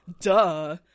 Duh